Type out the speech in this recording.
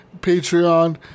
Patreon